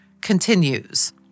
Continues